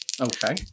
Okay